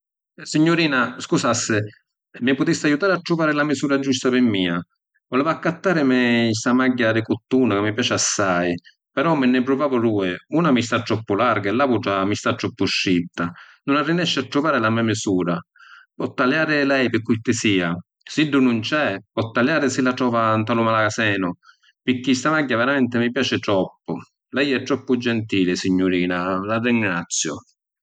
Signurina, scusassi, mi putissi ajutari a truvari la misura giusta pi mia? Vuleva accattarimi sta magghia di cuttuni ca mi piaci assai, però mi nni pruvavu dui, una mi sta troppu larga e l’autra mi sta troppu stritta. Nun arrinesciu a truvari la me’ misura. Po’ taliàri lei, mi curtisia? Siddu nun c’è, po’ taliari si la trova nta lu magasenu, pirchì sta magghia veramenti mi piaci troppu. Lei è troppu gentili, signurina, la ringrazziu.